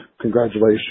congratulations